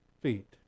feet